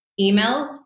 emails